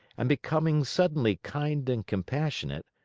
and becoming suddenly kind and compassionate,